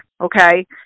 okay